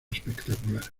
espectacular